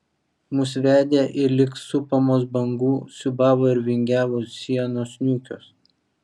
mus vedė ir lyg supamos bangų siūbavo ir vingiavo sienos niūkios